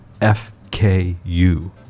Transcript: FKU